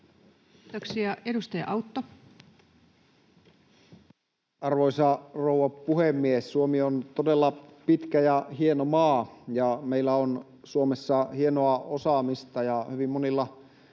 Kiitoksia. — Edustaja Autto. Arvoisa rouva puhemies! Suomi on todella pitkä ja hieno maa, ja meillä on Suomessa hienoa osaamista ja hyvin monilla